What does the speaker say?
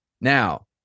now